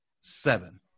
seven